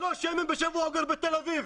שלושה ימים בשבוע הוא גר בתל אביב,